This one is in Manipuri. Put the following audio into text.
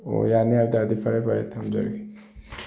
ꯑꯣ ꯌꯥꯅꯤ ꯍꯥꯏ ꯇꯥꯔꯗꯤ ꯐꯔꯦ ꯐꯔꯦ ꯊꯝꯖꯔꯒꯦ